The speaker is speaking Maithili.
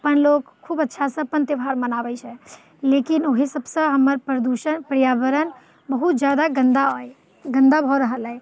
अपन लोक खूब अच्छासँ अपन त्यौहार मनाबैत छै लेकिन ओहि सभसँ हमर प्रदूषण पर्यावरण बहुत जादा गन्दा अइ गन्दा भऽ रहल अइ